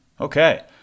Okay